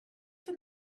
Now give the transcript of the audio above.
for